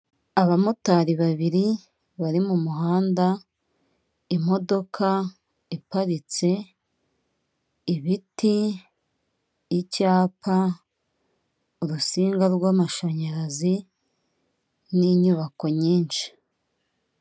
Abamotari babiri bari mu muhanda, imodoka iparitse, ibiti, icyapa, urusinga rw'amashanyarazi n'inyubako nyinshi.